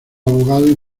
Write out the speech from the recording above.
abogado